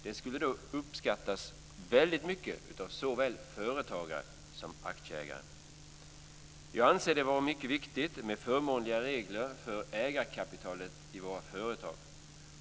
Det skulle uppskattas väldigt mycket av såväl företagare som aktieägare. Jag anser det vara mycket viktigt med förmånligare regler för ägarkapitalet i våra företag.